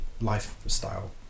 lifestyle